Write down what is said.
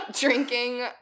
drinking